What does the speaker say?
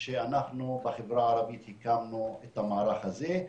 שאנחנו בחברה הערבית הקמנו את המערך הזה.